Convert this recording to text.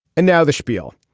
and now the spiel.